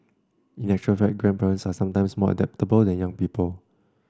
in actual fact grandparents are sometimes more adaptable than young people